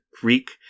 Greek